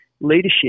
Leadership